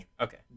Okay